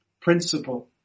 principle